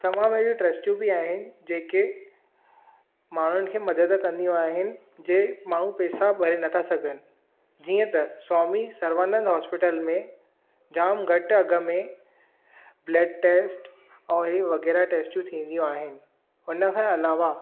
तमामु अहिड़ियू ट्र्स्टियूं बि आहिनि जेके माण्हुनि खे मदद कंदियूं आहिनि जंहिं माण्हू पैसा भरे न था सघनि जीअं त स्वामी सर्वानंद हॉस्पिटल में जाम घटि अघु में ब्लड टेस्ट ऐं इहे वग़ैरह टैस्टियूं थींदियूं आहिनि हुनखे अलावा